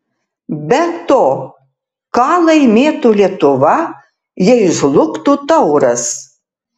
be to ką laimėtų lietuva jei žlugtų tauras